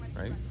right